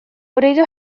أريد